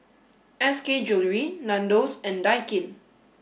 S K Jewellery Nandos and Daikin